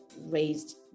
raised